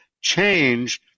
change